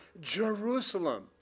Jerusalem